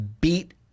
beat